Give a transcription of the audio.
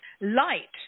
light